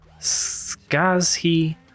Skazhi